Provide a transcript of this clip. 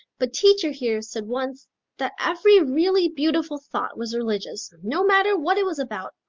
but teacher here said once that every really beautiful thought was religious, no matter what it was about,